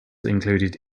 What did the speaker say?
included